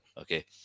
Okay